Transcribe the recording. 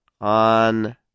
on